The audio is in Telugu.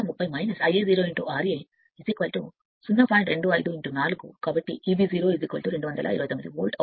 25 Ia 0 4 కాబట్టి Eb 0 229 వోల్ట్